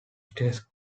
states